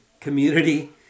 community